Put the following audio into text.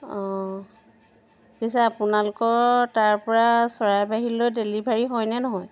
অঁ পিছে আপোনালোকৰ তাৰপৰা চৰাইবাহীলৈ ডেলিভাৰী হয়নে নহয়